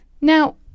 Now